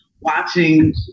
watching